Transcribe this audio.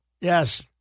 Yes